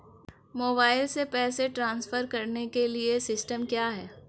Mobile से पैसे transfer करने के लिए सिस्टम क्या है?